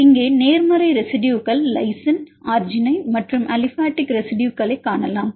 இங்கே நேர்மறை ரெசிடுயுகள் லைசின் அர்ஜினைன் மற்றும் அலிபாடிக் ரெசிடுயுகளைக் காணலாம்